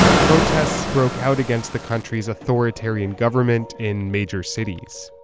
protests broke out against the country's authoritarian government in major cities.